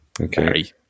Okay